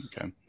Okay